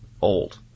old